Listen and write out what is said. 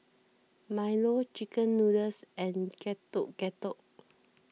Milo Chicken Noodles and Getuk Getuk